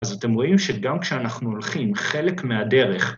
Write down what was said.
‫אז אתם רואים שגם כשאנחנו ‫הולכים, חלק מהדרך...